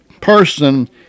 person